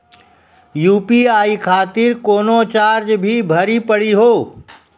UPI खातिर कोनो charge भी भरी पड़ी हो?